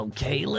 Okay